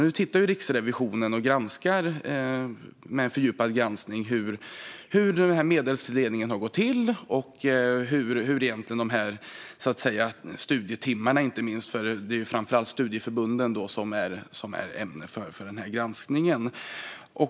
Nu tittar Riksrevisionen på detta och gör en fördjupad granskning av hur den här medelstilldelningen har gått till och hur det egentligen står till med studietimmarna - det är ju framför allt studieförbunden som är ämne för granskningen.